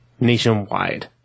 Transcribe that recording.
Nationwide